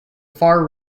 far